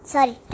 Sorry